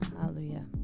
Hallelujah